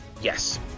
Yes